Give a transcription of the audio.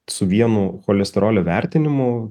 su vienu cholesterolio vertinimu